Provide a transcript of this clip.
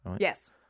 Yes